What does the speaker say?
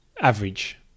average